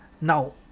Now